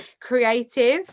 creative